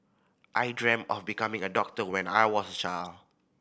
I dreamt of becoming a doctor when I was a child